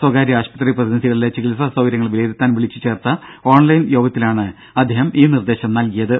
സ്വകാര്യ ആശുപത്രി പ്രതിനിധികളിലെ ചികിത്സാ സൌകര്യങ്ങൾ വിലയിരുത്താൻ വിളിച്ചു ചേർത്ത ഓൺലൈൻ യോഗത്തിലാണ് അദ്ദേഹം ഈ നിർദ്ദേശം നൽകിയത്